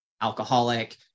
alcoholic